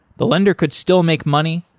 the lender could still make money,